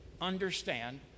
understand